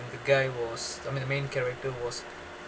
the guy was I mean the main character was